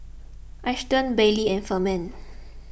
Ashton Baylee and Furman